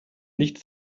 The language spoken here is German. nichts